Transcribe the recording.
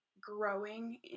growing